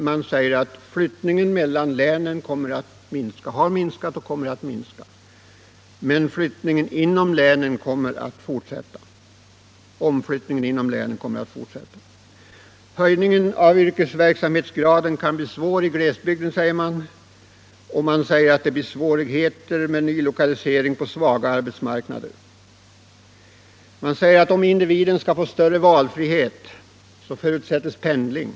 Man säger att flyttningen mellan länen har minskat och kommer att minska, men att omflyttningen inom länen kommer att fortsätta. Att höja yrkesverksamhetsgraden i glesbygden kan bli svårt, säger man. Man säger också att det blir svårigheter med ny lokalisering på svaga arbets = Nr 58 marknader. Man säger vidare att om individen skall få större valfrihet Tisdagen den så förutsätts pendling.